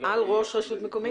'על ראש רשות מקומית'.